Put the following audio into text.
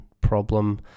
problem